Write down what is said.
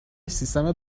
سیستم